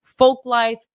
Folklife